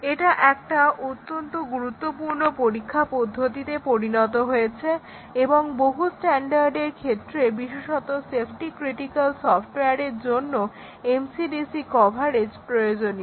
এটা একটা অত্যন্ত গুরুত্বপূর্ণ পরীক্ষা পদ্ধতিতে পরিণত হয়েছে এবং বহু স্টান্ডার্ডের ক্ষেত্রে বিশেষত সেফটি ক্রিটিকাল সফটওয়্যারের জন্য MCDC কভারেজ প্রয়োজনীয়